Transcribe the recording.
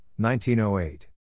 1908